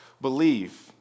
believe